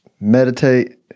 meditate